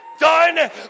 done